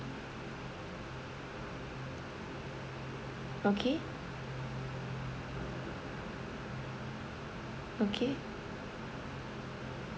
okay okay